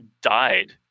died